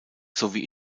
sowie